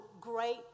great